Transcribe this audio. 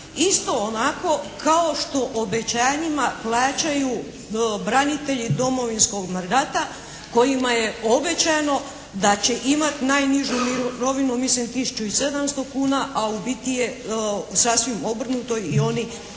isto onako kao što obećanjima plaćaju branitelji Domovinskog rata kojima je obećano da će imati najnižu mirovinu tisuću i 700 kuna a u biti je sasvim obrnuto i oni